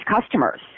customers